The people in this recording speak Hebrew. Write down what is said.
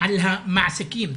על המעסיקים?